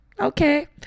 okay